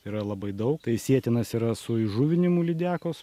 yra labai daug tai sietinas yra su įžuvinimu lydekos